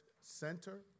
center